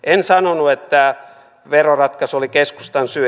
en sanonut että veroratkaisu oli keskustan syy